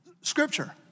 scripture